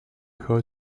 her